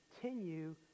continue